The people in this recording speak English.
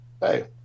hey